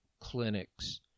clinics